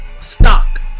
Stock